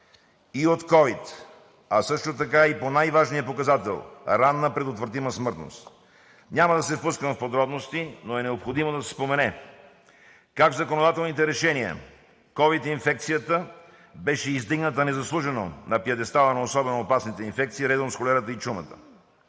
и от ковид, а също така и по най-важния показател – ранна предотвратима смъртност. Няма да се впускам в подробности, но е необходимо да се спомене как законодателните решения – ковид инфекцията, беше издигната незаслужено на пиедестала на особено опасните инфекции, редом с холерата и чумата.